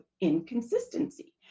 inconsistency